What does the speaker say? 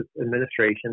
Administration